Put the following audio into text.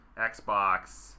Xbox